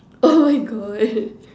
oh my God